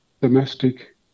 domestic